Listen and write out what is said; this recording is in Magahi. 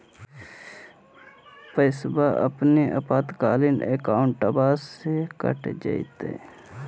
पैस्वा अपने आपातकालीन अकाउंटबा से कट जयते?